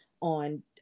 on